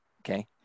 okay